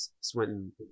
swinton